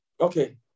Okay